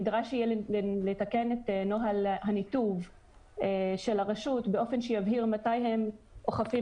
נדרש יהיה לתקן את נוהל הניתוב של הרשות באופן שיבהיר מתי הם אוכפים